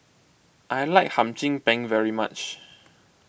I like Hum Chim Peng very much